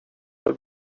väl